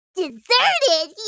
deserted